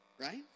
Right